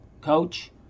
Coach